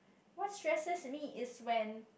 what stresses me is when